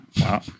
Wow